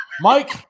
Mike